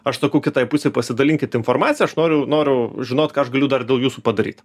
aš sakau kitai pusei pasidalinkit informacija aš noriu noriu žinot ką aš galiu dar dėl jūsų padaryt